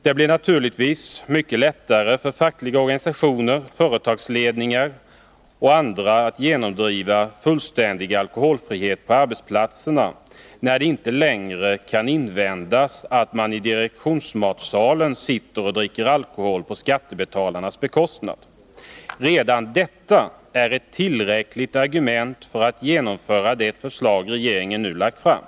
Det blir naturligtvis mycket lättare för fackliga organisationer, företagsledningar och andra att genomdriva fullständig alkoholfrihet på arbetsplatserna när det inte längre kan invändas att man i direktionsmatsalen sitter och dricker alkohol på skattebetalarnas bekostnad. Redan detta är ett tillräckligt argument för att genomföra det förslag regeringen nu lagt fram.